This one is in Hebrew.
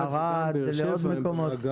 לערד ולעוד מקומות.